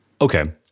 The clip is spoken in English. Okay